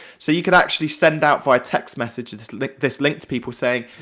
so you could actually send out via text message this link this link to people, saying,